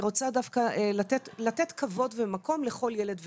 אני רוצה דווקא לתת כבוד ומקום לכל ילד וילד.